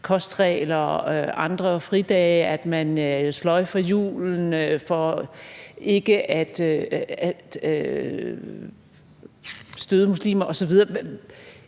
kostregler, andre fridage, at man sløjfer julen for ikke at støde muslimer osv.?